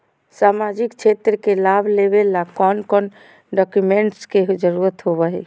सामाजिक क्षेत्र के लाभ लेबे ला कौन कौन डाक्यूमेंट्स के जरुरत होबो होई?